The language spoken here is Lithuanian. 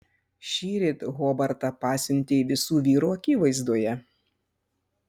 šįryt hobartą pasiuntei visų vyrų akivaizdoje